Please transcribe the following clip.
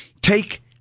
take